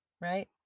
right